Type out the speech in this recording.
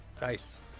Nice